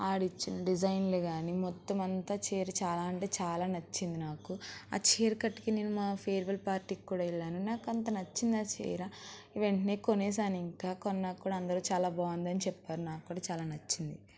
వాడు ఇచ్చిన డిజైన్లు కానీ మొత్తం అంత చీర చాలా అంటే చాలా నచ్చింది నాకు ఆ చీర కట్టుకోని నేను మా ఫేర్వెల్ పార్టీకి కూడా వెళ్ళాను నాకు అంత నచ్చింది ఆ చీర వెంటనే కొనేసాను ఇంకా కొన్నాక కూడా అందరు చాలా బాగుంది అని చెప్పారు నాకు కూడా చాలా నచ్చింది